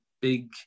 big